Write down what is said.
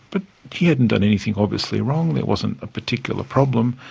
but he hadn't done anything obviously wrong, there wasn't a particular problem,